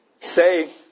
Say